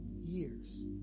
years